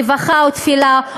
רווחה ותפילה,